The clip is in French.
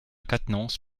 quatennens